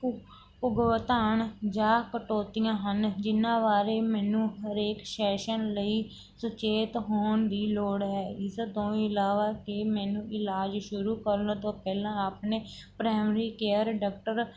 ਭੁ ਭੁਗਤਾਨ ਜਾਂ ਕਟੌਤੀਆਂ ਹਨ ਜਿਹਨਾਂ ਬਾਰੇ ਮੈਨੂੰ ਹਰੇਕ ਸੈਸ਼ਨ ਲਈ ਸੁਚੇਤ ਹੋਣ ਦੀ ਲੋੜ ਹੈ ਇਸ ਤੋਂ ਇਲਾਵਾ ਕਿ ਮੈਨੂੰ ਇਲਾਜ ਸ਼ੁਰੂ ਕਰਨ ਤੋਂ ਪਹਿਲਾਂ ਆਪਣੇ ਪ੍ਰੈਮਰੀ ਕੇਅਰ ਡਾਕਟਰ